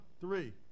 three